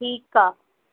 ठीकु आहे